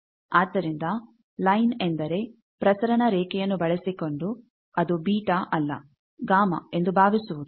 ಆದ್ದರಿಂದ ಲೈನ್ ಎಂದರೆಪ್ರಸರಣ ರೇಖೆಯನ್ನು ಬಳಸಿಕೊಂಡು ಅದು ಬೀಟಾ β ಅಲ್ಲ ಗಾಮಾ γ ಎಂದು ಭಾವಿಸುವುದು